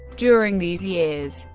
during these years,